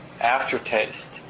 aftertaste